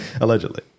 Allegedly